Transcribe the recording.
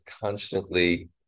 constantly